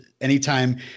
anytime